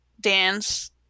dance